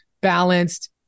balanced